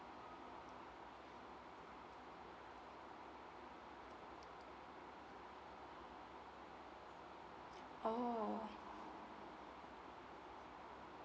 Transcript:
oh